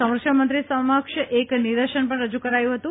સંરક્ષણમંત્રી સમક્ષ એક નિદર્શન પણ રજૂ કરાયું હતું